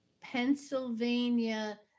Pennsylvania